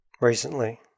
recently